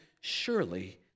surely